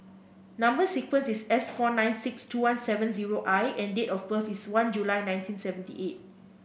number sequence is S four nine six two one seven zero I and date of birth is one July nineteen seventy eight